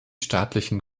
staatlichen